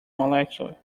molecule